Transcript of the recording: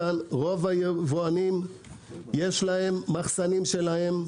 רוב היבואנים יש להם מחסנים שלהם.